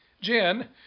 Jen